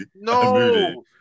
No